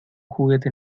juguete